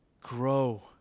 grow